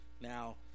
Now